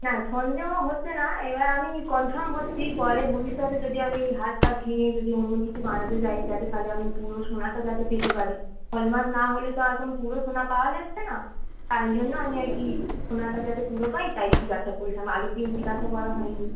না সন্দেহ হচ্ছে না এবার আমি কনফার্ম হচ্ছি পরে ভবিষ্যতে যদি আমি এই হারটা ভেঙে যদি অন্য কিছু বানাতে যাই যাতে তাহলে আমি পুরো সোনাটা যাতে পেতে পারি হলমার্ক না হলে তো এখন পুরো সোনা পাওয়া যাচ্ছে না তাই জন্য আমি আর কি সোনাটা যাতে পুরো পাই তাই জিজ্ঞাসা করলাম আগের দিন জিজ্ঞাসা করা হয় নি